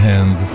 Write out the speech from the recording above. Hand